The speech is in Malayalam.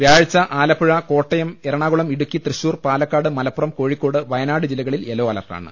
വ്യാഴാഴ്ച ആലപ്പുഴ കോട്ടയം എറണാകുളം ഇടുക്കി തൃശൂർ പാലക്കാട് മലപ്പുറം കോഴിക്കോട് വ്യനാട് ജില്ലകളിൽ യെല്ലോ അലർട്ടാണ്